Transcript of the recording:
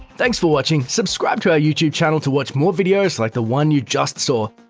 thanks for watching! subscribe to our youtube channel to watch more videos like the one you just saw.